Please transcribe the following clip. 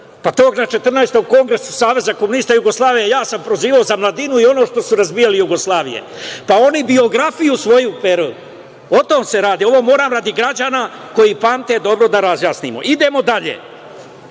Pa tog na 14. Kongresu Saveza komunista Jugoslavije ja sam prozivao za mladinu i ono što su razbijali Jugoslaviju. Oni biografiju svoju… o tome se radi. Ovo moram radi građana koji dobro pamte da razjasnimo. Idemo dalje,